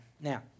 Now